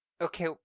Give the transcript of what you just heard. okay